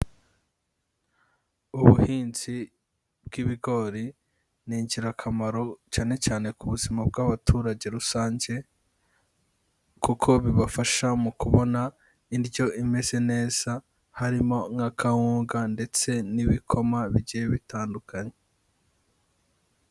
Ubuhinzi bw'ibigori ni ingirakamaro cyane cyane ku buzima bw'abaturage rusange, kuko bibafasha mu kubona indyo imeze neza harimo nk'akawuga ndetse n'ibikoma bigiye bitandukanye.